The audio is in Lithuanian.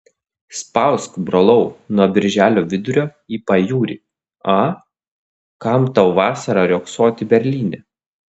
spausk brolau nuo birželio vidurio mėnesiuką į pajūrį a kam tau vasarą riogsoti berlyne